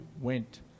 went